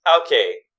okay